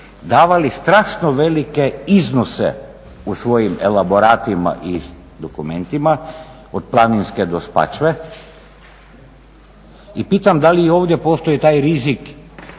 davali strasno velike iznose u svojim elaboratima i dokumentima od Planinske do Spačve i pitam da li i ovdje postoji taj rizik